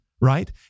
Right